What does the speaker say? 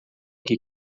que